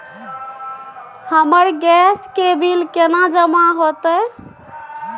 हमर गैस के बिल केना जमा होते?